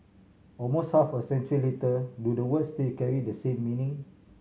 almost half a century later do the words still carry the same meaning